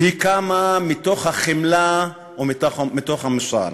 והיא קמה מתוך החמלה ומתוך המוסר.